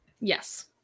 Yes